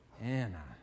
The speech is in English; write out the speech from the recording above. Anna